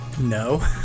No